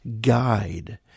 guide